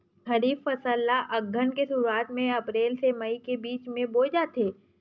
खरीफ फसल ला अघ्घन के शुरुआत में, अप्रेल से मई के बिच में बोए जाथे